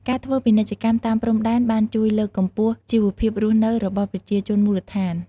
ការធ្វើពាណិជ្ជកម្មតាមព្រំដែនបានជួយលើកកម្ពស់ជីវភាពរស់នៅរបស់ប្រជាជនមូលដ្ឋាន។